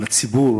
על הציבור,